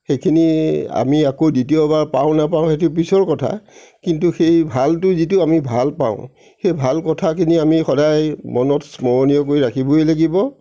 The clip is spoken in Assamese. সেইখিনি আমি আকৌ দ্বিতীয়বাৰ পাও নাপাও সেইটো পিছৰ কথা কিন্তু সেই ভালটো যিটো আমি ভালপাঁও সেই ভাল কথাখিনি আমি সদায় মনত স্মৰণীয় কৰি ৰাখিবই লাগিব